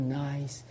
nice